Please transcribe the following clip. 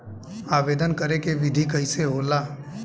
आवेदन करे के विधि कइसे होला?